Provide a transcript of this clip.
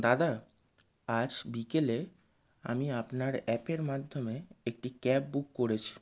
দাদা আজ বিকেলে আমি আপনার অ্যাপের মাধ্যমে একটি ক্যাব বুক করেছি